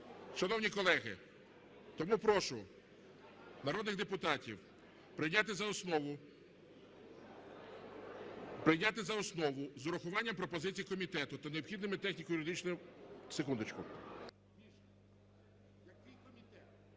Шановні колеги, тому прошу народних депутатів прийняти за основу, прийняти за основу з урахуванням пропозицій комітету та необхідними техніко-юридичними…